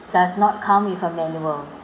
does not come with a manual